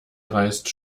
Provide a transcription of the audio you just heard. reißt